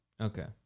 Okay